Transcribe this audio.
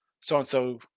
so-and-so